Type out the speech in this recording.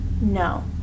No